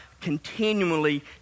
continually